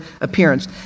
appearance